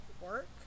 work